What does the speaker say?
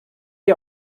ihr